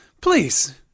Please